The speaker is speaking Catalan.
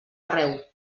arreu